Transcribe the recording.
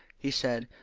he said,